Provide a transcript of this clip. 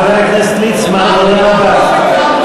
חבר הכנסת ליצמן, להירגע.